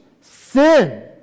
sin